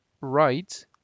right